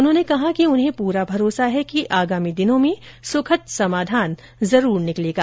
उन्होंने कहा कि उन्हें पूरा भरोसा है की आगामी दिनों में सुखद समाधान जरूर निकलेगा